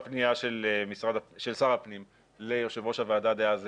פנייה של שר הפנים ליושב ראש הוועדה דאז,